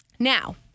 Now